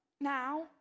now